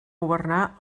governar